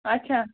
اَچھا